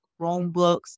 Chromebooks